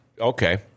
Okay